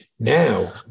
Now